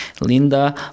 Linda